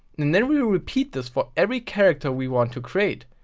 and then we repeat this for every character we want to create.